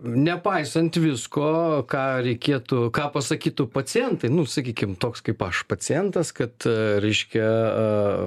nepaisant visko ką reikėtų ką pasakytų pacientai nu sakykim toks kaip aš pacientas kad reiškia a